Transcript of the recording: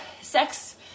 sex